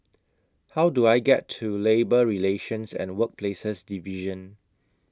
How Do I get to Labour Relations and Workplaces Division